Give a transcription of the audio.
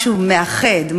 משהו מאחד,